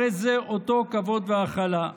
הרי זה אותו כבוד והכלה.